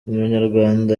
umunyarwanda